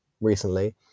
recently